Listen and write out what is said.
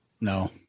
No